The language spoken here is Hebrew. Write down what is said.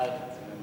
ההצעה להעביר